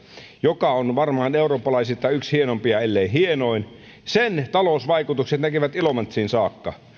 joka on eurooppalaisittain varmaan yksi hienoimpia ellei hienoin ja sen talousvaikutukset näkyvät ilomantsiin saakka